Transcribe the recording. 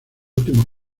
últimos